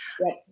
Right